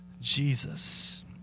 Jesus